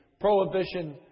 prohibition